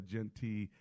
Gentee